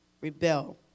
rebel